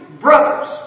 brothers